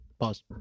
Pause